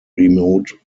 remote